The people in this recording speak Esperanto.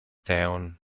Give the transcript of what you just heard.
teon